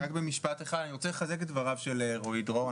אני רוצה לחזק את דבריו של רועי דרור,